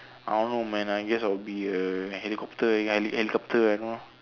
I don't know man I guess I will be a helicopter heli~ helicopter and all